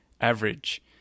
average